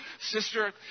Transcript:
sister